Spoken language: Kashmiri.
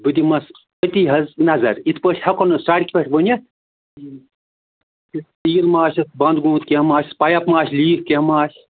بہٕ دِمَس أتی حظ نظر یِتھ پٲٹھۍ ہٮ۪کو نہٕ سڑکہِ پٮ۪ٹھ ؤنِتھ تیٖل ما آسٮ۪س بنٛد گوٚمُت کیٚنٛہہ ما آسٮ۪س پایپ ما آسہِ لیٖک کیٚنٛہہ ما آسہِ